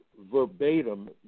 verbatim